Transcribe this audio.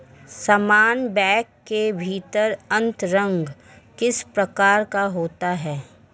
समान बैंक के भीतर अंतरण किस प्रकार का होता है?